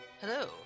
Hello